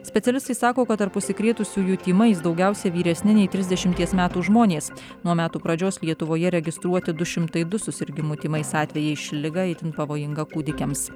specialistai sako kad tarp užsikrėtusiųjų tymais daugiausiai vyresni nei trisdešimties metų žmonės nuo metų pradžios lietuvoje registruoti du šimtai du susirgimų tymais atvejai ši liga itin pavojinga kūdikiams